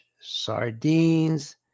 sardines